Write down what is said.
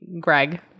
Greg